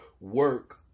Work